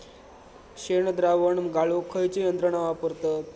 शेणद्रावण गाळूक खयची यंत्रणा वापरतत?